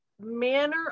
manner